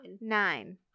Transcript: nine